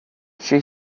she